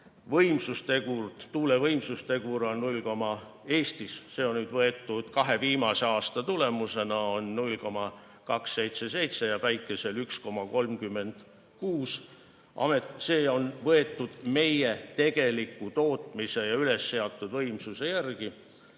ka seda, et tuule võimsustegur Eestis – see on võetud kahe viimase aasta tulemusena – on 0,277 ja päikesel 0,136. See on arvestatud meie tegeliku tootmise ja üles seatud võimsuste järgi.